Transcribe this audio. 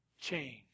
change